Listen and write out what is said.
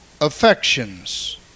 affections